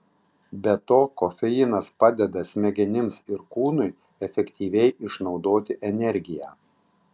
be to kofeinas padeda smegenims ir kūnui efektyviai išnaudoti energiją